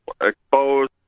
exposed